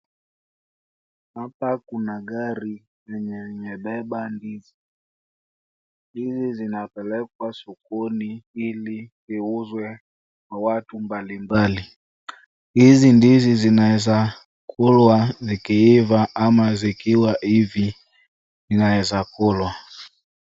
Hapa kuna gari yenye imebeba ndizi. Ndizi zinapelekwa sokoni hili ziuzwe kwa watu mbalimbali. Hizi ndizi zinaeza kulwa zikiiva ama zikiwa hivi zinaeza kulwa.